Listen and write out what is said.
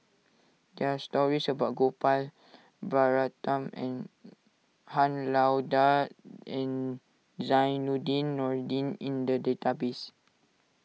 there are stories about Gopal Baratham Han Lao Da and Zainudin Nordin in the database